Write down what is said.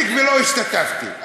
המקווה, לא השתתפתי.